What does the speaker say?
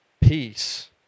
peace